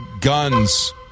Guns